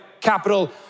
capital